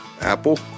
Apple